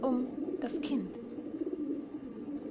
um das kind